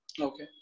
Okay